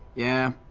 yeah.